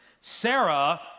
Sarah